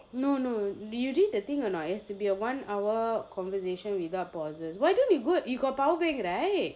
no no you read the thing or not it has to be a one hour conversation without pauses why don't you go you got power bank right